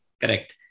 correct